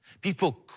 People